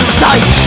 sight